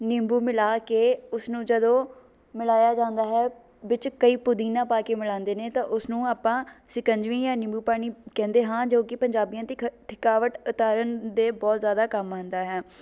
ਨਿੰਬੂ ਮਿਲਾ ਕੇ ਉਸਨੂੰ ਜਦੋਂ ਮਿਲਾਇਆ ਜਾਂਦਾ ਹੈ ਵਿੱਚ ਕਈ ਪੁਦੀਨਾ ਪਾ ਕੇ ਮਿਲਾਉਂਦੇ ਨੇ ਤਾਂ ਉਸਨੂੰ ਆਪਾਂ ਸਿਕੰਜਵੀ ਜਾ ਨਿੰਬੂ ਪਾਣੀ ਕਹਿੰਦੇ ਹਾਂ ਜੋ ਕਿ ਪੰਜਾਬੀਆਂ ਦੀ ਥਕਾਵਟ ਉਤਾਰਨ ਦੇ ਬਹੁਤ ਜ਼ਿਆਦਾ ਕੰਮ ਆਉਂਦਾ ਹੈ